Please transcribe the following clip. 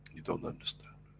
you don't understand.